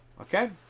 okay